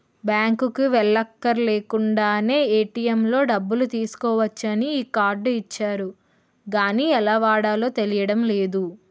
బాంకుకి ఎల్లక్కర్లేకుండానే ఏ.టి.ఎం లో డబ్బులు తీసుకోవచ్చని ఈ కార్డు ఇచ్చారు గానీ ఎలా వాడాలో తెలియడం లేదు